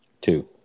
Two